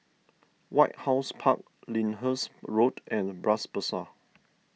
White House Park Lyndhurst Road and Bras Basah